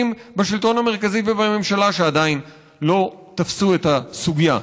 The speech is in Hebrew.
בשלטון המרכזי ובממשלה שעדיין לא תפסו את הסוגיה.